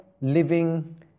living